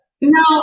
no